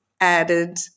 added